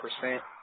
percent